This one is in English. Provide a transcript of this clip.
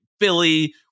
Philly